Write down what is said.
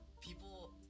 people